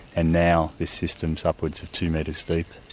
and now this system so upwards of two metres deep.